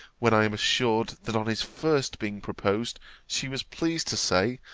when i am assured, that on his first being proposed she was pleased to say,